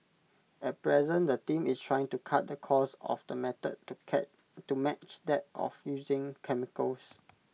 at present the team is trying to cut the cost of the method to match that of using chemicals